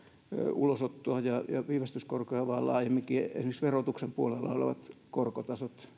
ulosottoa ja viivästyskorkoja vaan laajemminkin esimerkiksi verotuksen puolella olevia korkotasoja